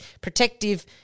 protective